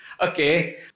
Okay